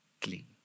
clean